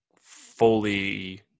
fully